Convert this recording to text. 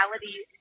reality